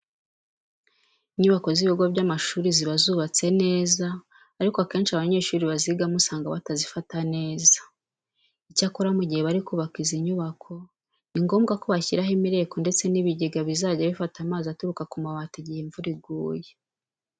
Inyubako z'ibigo by'amashuri ziba zubatse neza ariko akenshi abanyeshuri bazigiramo usanga batazifata neza. Icyakora mu gihe bari kubaka izi nyubako ni ngombwa ko bashyiraho imireko ndetse n'ibigega bizajya bifata amazi aturuka ku mabati igihe imvura iguye.